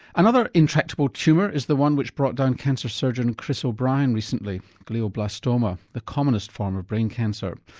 another intractable tumour is the one which brought down cancer surgeon chris o'brien recently glioblastoma the commonest form of brain cancer.